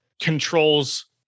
controls